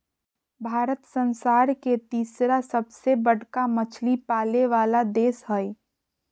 भारत संसार के तिसरा सबसे बडका मछली पाले वाला देश हइ